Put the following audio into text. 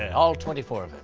all twenty four of them,